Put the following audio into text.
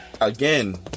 again